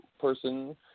person